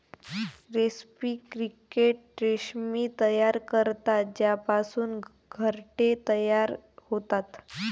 रेस्पी क्रिकेट रेशीम तयार करतात ज्यापासून घरटे तयार होतात